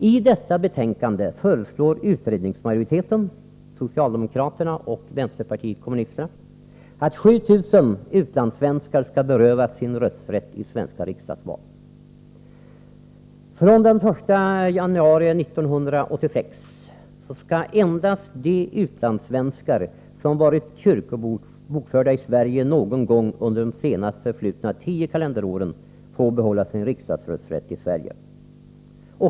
I detta betänkande föreslår utredningsmajoriteten — socialdemokraterna och vänsterpartiet kommunisterna — att 7 000 utlandssvenskar skall berövas sin rösträtt i svenska riksdagsval. Från den 1 januari 1986 skall endast de utlandssvenskar som varit kyrkobokförda i Sverige någon gång under de senast förflutna tio kalenderåren få behålla sin riksdagsrösträtt i Sverige.